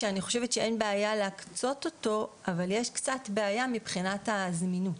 שאני חושבת שאין בעיה להקצות אותו אבל יש קצת בעיה מבחינת השימוש.